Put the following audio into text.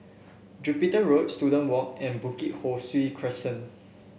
Jupiter Road Student Walk and Bukit Ho Swee Crescent